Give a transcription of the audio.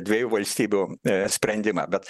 dviejų valstybių sprendimą bet